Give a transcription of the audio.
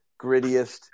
grittiest